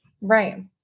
Right